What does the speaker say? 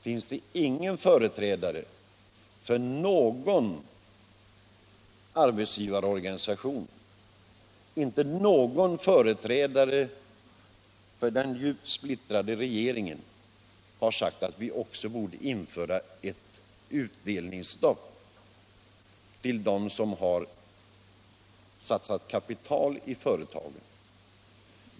Men mig veterligt har inga företrädare för någon arbetsgivarorganisation, inte ens någon talesman för den djupt splittrade regeringen, sagt att vi också borde införa ett utdelningsstopp för dem som har satsat kapital i företagen.